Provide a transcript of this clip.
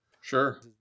Sure